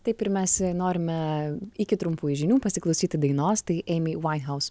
taip ir mes norime iki trumpųjų žinių pasiklausyti dainos tai eimi vaihaus